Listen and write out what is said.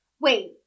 Wait